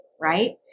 right